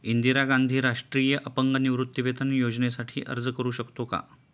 इंदिरा गांधी राष्ट्रीय अपंग निवृत्तीवेतन योजनेसाठी अर्ज करू शकतो का?